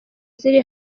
ziri